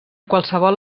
qualsevol